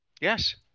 Yes